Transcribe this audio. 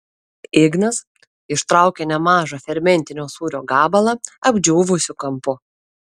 ignas ištraukė nemažą fermentinio sūrio gabalą apdžiūvusiu kampu